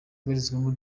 ibarizwamo